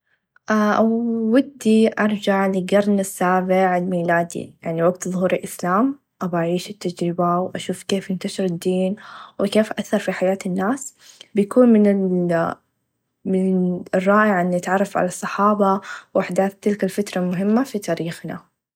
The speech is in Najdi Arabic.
ااوودي أرچع لقرن السابع الميلادي يعني وقت ظهور للإسلام أبغى أعيش التچربه و أشوف كيف إنتشر الدين و كيف أثر في حياه الناس بيكون من الرائع إن نتعرف على الصحابه و أحداث تلك الفتره مهمه في تاريخنا.